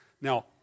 Now